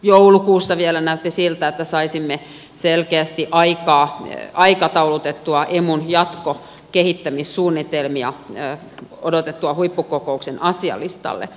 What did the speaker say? joulukuussa vielä näytti siltä että saisimme selkeästi aikataulutettua emun jatkokehittämissuunnitelmia odotetun huippukokouksen asialistalle